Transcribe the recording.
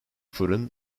fırın